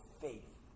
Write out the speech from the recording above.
faith